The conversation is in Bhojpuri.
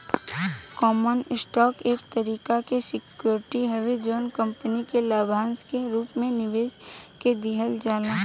कॉमन स्टॉक एक तरीका के सिक्योरिटी हवे जवन कंपनी के लाभांश के रूप में निवेशक के दिहल जाला